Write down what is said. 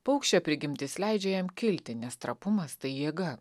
paukščio prigimtis leidžia jam kilti nes trapumas tai jėga